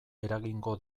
eragingo